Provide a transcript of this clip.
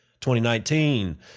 2019